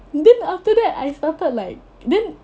then after that I started like then